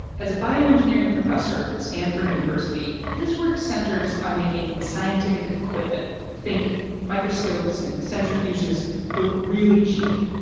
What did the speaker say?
as a bioengineering professor at stanford university, his work centers on making scientific equipment think microscopes and centrifuges for really cheap.